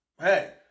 hey